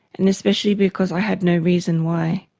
and especially because i had no reason why.